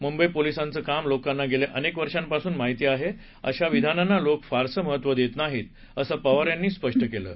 मुंबई पोलिसांचं काम लोकांना गेल्या अनेक वर्षापासून माहिती आहे अशा विधानांना लोक फारसं महत्त्व देत नाहीत असं पवार यांनी म्हटलं आहे